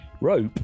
*Rope*